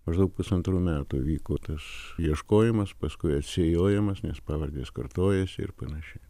maždaug pusantrų metų vyko tas ieškojimas paskui atsijojimas nes pavardės kartojasi ir panašiai